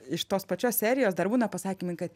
iš tos pačios serijos dar būna pasakymai kad